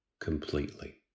completely